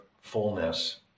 fullness